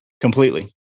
completely